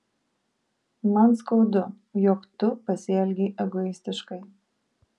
man skaudu jog tu pasielgei egoistiškai